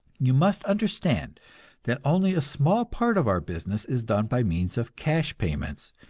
you must understand that only a small part of our business is done by means of cash payments,